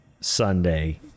Sunday